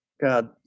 God